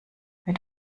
mit